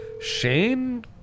Shane